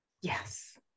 Yes